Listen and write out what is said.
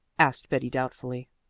asked betty doubtfully.